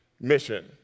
mission